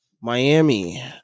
Miami